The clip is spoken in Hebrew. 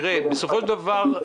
בסופו של דבר,